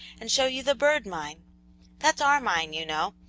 and show you the bird mine that's our mine, you know,